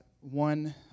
one